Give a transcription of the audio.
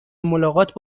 ملاقات